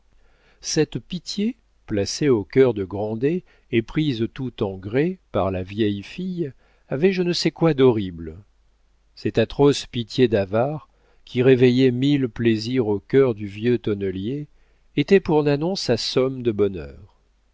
cette pitié placée au cœur de grandet et prise tout en gré par sa vieille fille avait je ne sais quoi d'horrible cette atroce pitié d'avare qui réveillait mille plaisirs au cœur du vieux tonnelier était pour nanon sa somme de bonheur